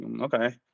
okay